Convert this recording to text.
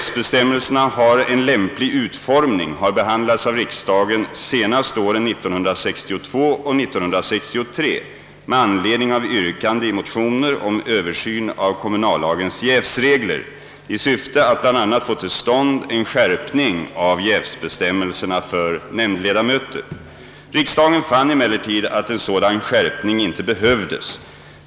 serna har en lämplig utformning har behandlats av riksdagen senast åren 1962 och 1963 med anledning av yrkande i motioner om Översyn av kommunallagens jävsregler i syfte att bl.a. få till stånd en skärpning av jävsbestämmelserna för nämndledamöter. Riksdagen fann emellertid att en sådan skärpning inte behövdes.